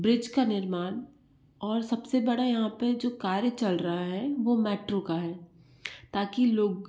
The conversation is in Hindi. ब्रिज का निर्माण और सबसे बड़ा यहाँ पे जो कार्य चल रहा है वो मेट्रो का है ताकि लोग